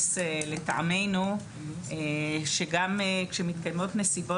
לטעמנו צריך להכניס שגם כאשר מתקיימות נסיבות